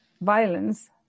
violence